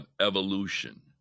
evolution